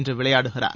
இன்று விளையாடுகிறார்